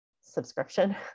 subscription